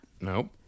Nope